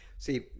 See